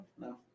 No